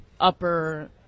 upper